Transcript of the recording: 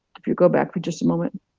if you go back for just a moment